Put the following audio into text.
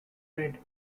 red